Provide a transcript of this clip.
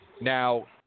Now